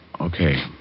Okay